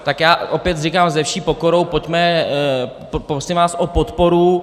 Tak já opět říkám se vší pokorou pojďme, prosím vás o podporu.